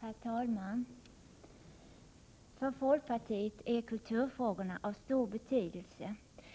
Herr talman! För folkpartiet är kulturfrågorna av stor betydelse.